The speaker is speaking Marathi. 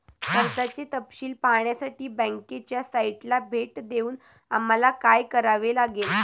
कर्जाचे तपशील पाहण्यासाठी बँकेच्या साइटला भेट देऊन आम्हाला काय करावे लागेल?